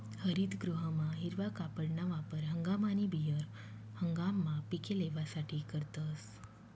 हरितगृहमा हिरवा कापडना वापर हंगाम आणि बिगर हंगाममा पिके लेवासाठे करतस